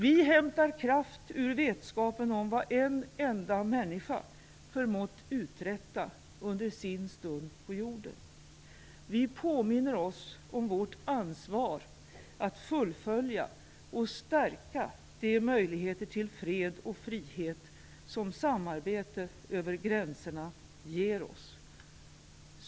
Vi hämtar kraft ur vetskapen om vad en enda människa förmått uträtta under sin stund på jorden. Vi påminner oss om vårt ansvar att fullfölja och stärka de möjligheter till fred och frihet som samarbete över gränserna ger oss.